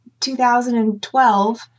2012